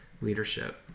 leadership